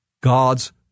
God's